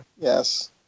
Yes